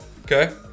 Okay